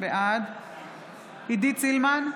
בעד עידית סילמן,